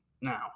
now